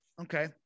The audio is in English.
okay